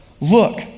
look